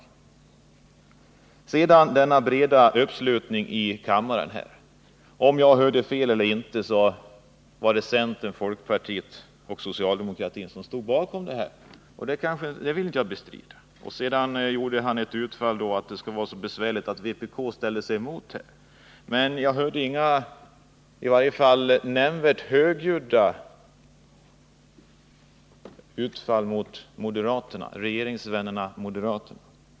Beträffande den breda uppslutningen i kammaren var det, om jag inte hörde fel, centern, folkpartiet och socialdemokratin som stod bakom den här lagen — det vill jag inte bestrida. Sedan gjorde Pär Granstedt ett utfall och sade att det skulle vara så besvärligt att vpk gick emot denna lag. Men jag hörde inga — eller i varje fall inga nämnvärt högljudda — utfall mot regeringsvännerna moderaterna.